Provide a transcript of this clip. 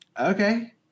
okay